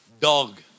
dog